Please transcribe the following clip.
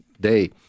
day